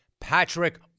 Patrick